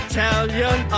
Italian